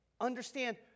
understand